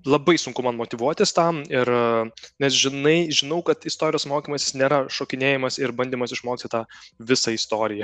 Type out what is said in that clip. labai sunku man motyvuotis tam ir nes žinai žinau kad istorijos mokymasis nėra šokinėjimas ir bandymas išmokti tą visą istoriją